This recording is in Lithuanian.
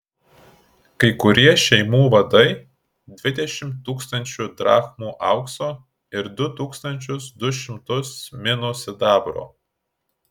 kai kurie šeimų vadai dvidešimt tūkstančių drachmų aukso ir du tūkstančius du šimtus minų sidabro